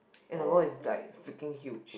and the ball is like freaking huge